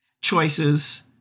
choices